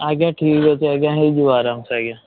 ଆଜ୍ଞା ଠିକ୍ ଅଛି ଆଜ୍ଞା ହେଇଯିବ ଆରାମସେ ଆଜ୍ଞା